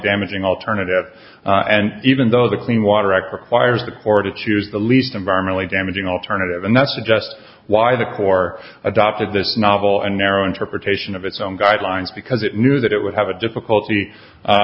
damaging alternative and even though the clean water act requires the corps to choose the least environmentally damaging alternative and that's just why the corps adopted this novel a narrow interpretation of its own guidelines because it knew that it would have a difficulty a